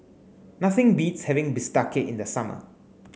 nothing beats having Bistake in the summer